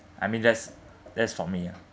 I mean that's that's for me ah